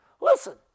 Listen